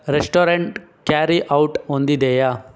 restaurant carry out ಹೊಂದಿದೆಯಾ